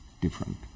different